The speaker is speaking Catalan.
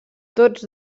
tots